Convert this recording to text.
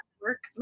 work